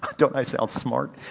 don't don't i sound smart?